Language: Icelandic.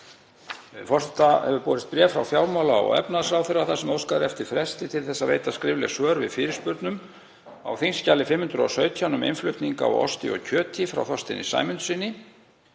Forseta hefur borist bréf frá fjármála- og efnahagsráðherra þar sem óskað er eftir fresti til þess að veita skrifleg svör við fyrirspurnum á þskj. 517, um innflutning á osti og kjöti, frá Þorsteini Sæmundssyni,